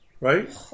Right